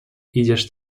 idziesz